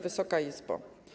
Wysoka Izbo!